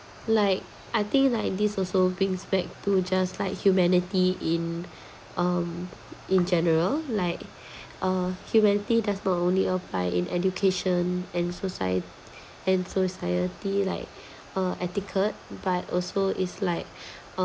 like I think like this also brings back to just like humanity in um in general like uh humanity does not only apply in education and socie~ and society like uh etiquette but also is like